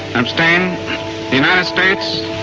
abstain united states,